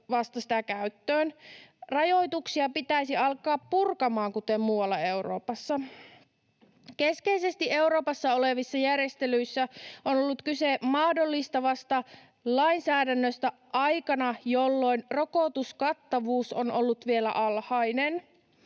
vasta käyttöön. Rajoituksia pitäisi alkaa purkamaan, kuten muualla Euroopassa. Keskeisesti Euroopassa olevissa järjestelyissä on ollut kyse mahdollistavasta lainsäädännöstä aikana, jolloin rokotuskattavuus on ollut vielä alhainen.